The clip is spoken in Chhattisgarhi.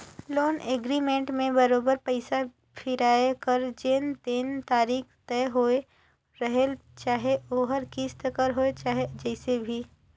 लोन एग्रीमेंट में बरोबेर पइसा फिराए कर जेन दिन तारीख तय होए रहेल चाहे ओहर किस्त कर होए चाहे जइसे भी